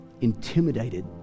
intimidated